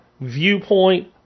viewpoint